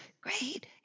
great